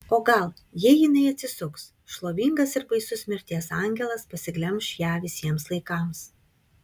o gal jei jinai atsisuks šlovingas ir baisus mirties angelas pasiglemš ją visiems laikams